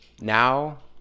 now